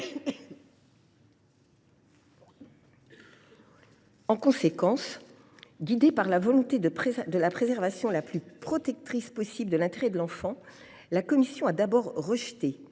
En conséquence, guidée par la volonté de la préservation la plus protectrice possible de l’intérêt de l’enfant, la commission a d’abord rejeté